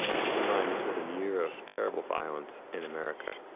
keep in mind this was a year of terrible violence in america.